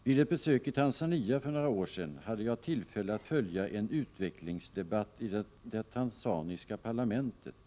Vid ett besök i Tanzania för några år sedan hade jag tillfälle att följa en utvecklingsdebatt i det tanzaniska parlamentet.